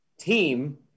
team